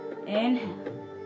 Inhale